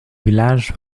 village